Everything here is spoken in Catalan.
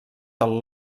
del